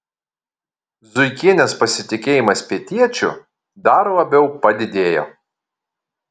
zuikienės pasitikėjimas pietiečiu dar labiau padidėjo